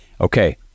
okay